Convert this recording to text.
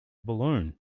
balloon